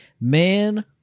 man